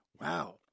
Wow